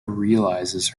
realizes